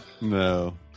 No